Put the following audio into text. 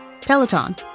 Peloton